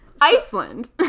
Iceland